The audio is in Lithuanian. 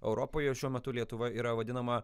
europoje šiuo metu lietuva yra vadinama